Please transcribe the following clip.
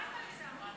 מרב,